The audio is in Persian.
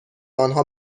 آنها